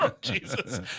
Jesus